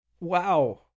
Wow